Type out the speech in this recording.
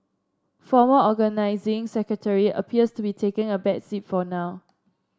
former Organising Secretary appears to be taking a back seat for now